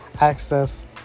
access